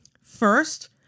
First